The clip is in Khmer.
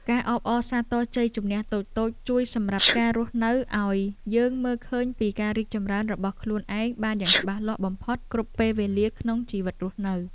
ការអបអរសាទរជ័យជម្នះតូចៗជួយសម្រាប់ការរស់នៅឱ្យយើងមើលឃើញពីការរីកចម្រើនរបស់ខ្លួនឯងបានយ៉ាងច្បាស់លាស់បំផុតគ្រប់ពេលវេលាក្នុងជីវិតរស់នៅ។